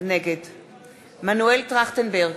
נגד מנואל טרכטנברג,